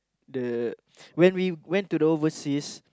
the when we went to the overseas